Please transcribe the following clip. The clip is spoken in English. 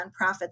nonprofits